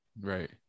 Right